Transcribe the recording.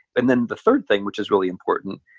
and then the third thing, which is really important,